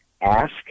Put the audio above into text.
ask